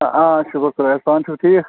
آ شُکُر خۄدایَس پانہٕ چھُو ٹھیٖک